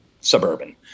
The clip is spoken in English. suburban